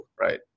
Right